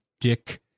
dick